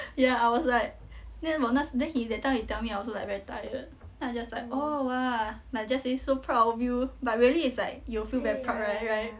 ya I was like then 我那时 then he that time he tell me I also like very tired then I'm just like oh !wah! like just say so proud of you but really it's like you will feel very proud right right